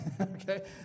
Okay